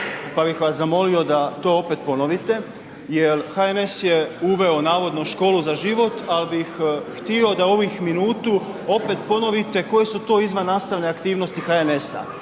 pa bih vas zamolio da to opet ponovite jel HNS je uveo navodno školu za život, ali bih htio da ovih minut opet ponovite koje su to izvannastavne aktivnosti HNS,